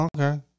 Okay